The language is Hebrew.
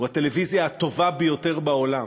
הטלוויזיה הטובה ביותר בעולם,